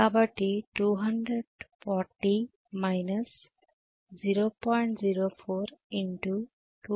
కాబట్టి 240 0